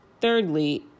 Thirdly